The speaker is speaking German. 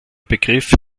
begriff